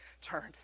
turned